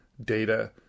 data